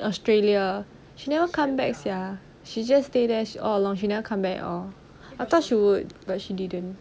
australia she never come back sia she just stay there all long she never come back at all I thought she would but she didn't